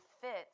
fits